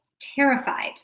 terrified